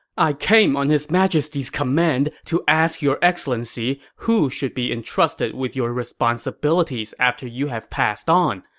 i came on his majesty's command to ask your excellency who should be entrusted with your responsibilities after you have passed on,